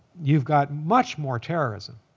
you've got much more terrorism